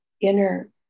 inner